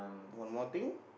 one more thing